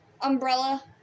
umbrella